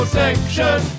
section